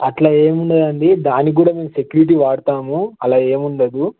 అట్లా ఏం ఉండదండి దానికి కూడా మేము సెక్యూరిటీ వాడుతాము అలా ఏం ఉండదు